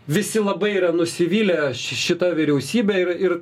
visi labai yra nusivylę šita vyriausybe ir ir